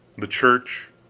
the church,